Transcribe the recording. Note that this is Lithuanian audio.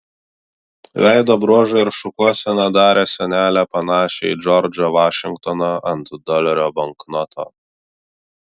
veido bruožai ir šukuosena darė senelę panašią į džordžą vašingtoną ant dolerio banknoto